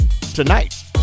Tonight